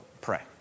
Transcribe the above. pray